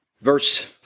verse